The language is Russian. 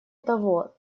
того